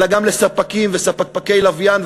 אלא גם לספקים וספקי לוויין,